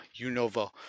Unova